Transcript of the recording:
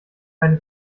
keine